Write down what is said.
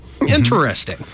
Interesting